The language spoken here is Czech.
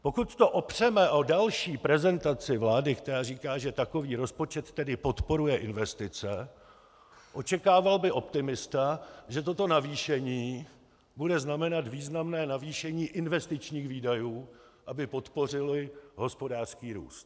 Pokud to opřeme o další prezentaci vlády, která říká, že takový rozpočet tedy podporuje investice, očekával by optimista, že toto navýšení bude znamenat významné navýšení investičních výdajů, aby podpořili hospodářský růst.